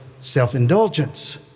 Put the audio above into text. self-indulgence